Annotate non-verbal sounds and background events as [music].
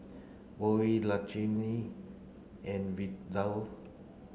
Boysie [unintelligible] and Vidal